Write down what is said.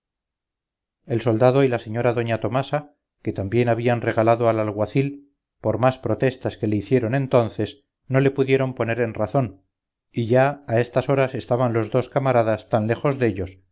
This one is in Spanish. el soldado y la señora doña tomasa que también habían regalado al alguacil por más protestas que le hicieron entonces no le pudieron poner en razón y ya a estas horas estaban los dos camaradas tan lejos dellos